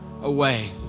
away